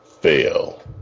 fail